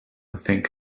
think